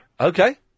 Okay